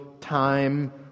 time